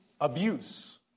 abuse